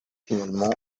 finalement